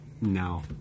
no